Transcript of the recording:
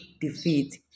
defeat